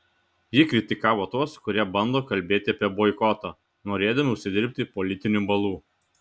ji kritikavo tuos kurie bando kalbėti apie boikotą norėdami užsidirbti politinių balų